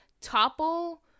topple